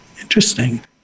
Interesting